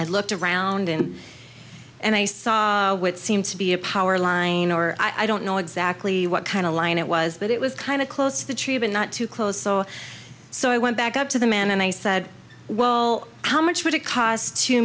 been looked around in and i saw what seemed to be a power line or i don't know exactly what kind of line it was but it was kind of close to the tree but not too close so so i went back up to the man and i said well how much would it cost to